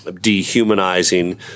dehumanizing